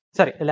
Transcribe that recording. Sorry